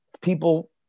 people